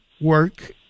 work